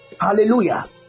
Hallelujah